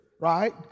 right